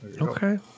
Okay